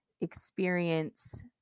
experience